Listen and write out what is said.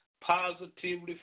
positively